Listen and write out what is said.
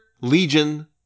Legion